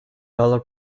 dollar